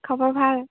খবৰ ভাল